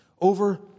over